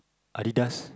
Adidas